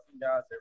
guys